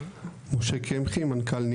משה קמחי, מנכ"ל חברת